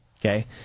Okay